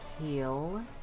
heal